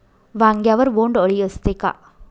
वांग्यावर बोंडअळी असते का?